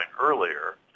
earlier